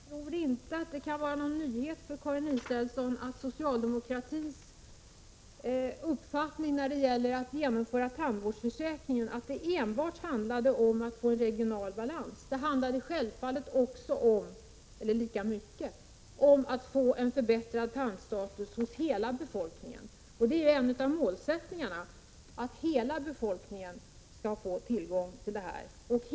Herr talman! Jag tror inte att det kan vara någon nyhet för Karin Israelsson att socialdemokratins uppfattning när det gäller att genomföra tandvårdsförsäkringen inte handlar enbart om att uppnå en regional balans. Det handlar självfallet lika mycket om att få en förbättrad tandstatus hos hela befolkningen. Det är en av målsättningarna, att hela befolkningen skall få tillgång till en god tandvård.